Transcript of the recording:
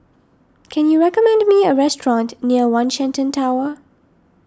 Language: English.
can you recommend me a restaurant near one Shenton Tower